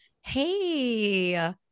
hey